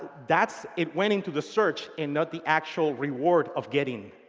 that's it went into the search and not the actual reward of getting.